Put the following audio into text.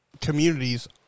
communities